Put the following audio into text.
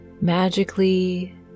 magically